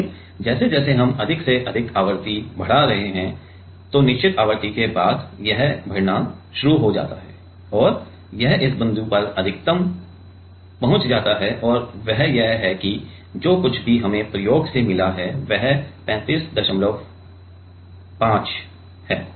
लेकिन जैसे जैसे हम अधिक से अधिक आवृत्ति बढ़ा रहे हैं निश्चित आवृत्ति के बाद यह बढ़ना शुरू हो जाता है और यह इस बिंदु पर अधिकतम तक पहुंच जाता है और वह यह है कि जो कुछ भी हमें प्रयोग से मिला है वह 355 है